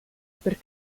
per